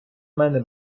мене